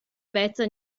vezza